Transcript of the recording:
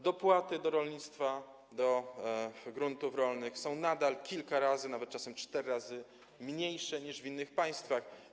Dopłaty do rolnictwa, do gruntów rolnych są nadal kilka razy, czasem nawet cztery razy niższe niż w innych państwach.